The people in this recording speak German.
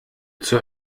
zur